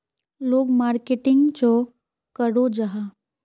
लोग मार्केटिंग चाँ करो जाहा?